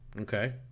Okay